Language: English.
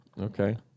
Okay